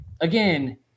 again